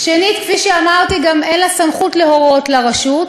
שנית, כפי שאמרתי, גם אין לה סמכות להורות לרשות.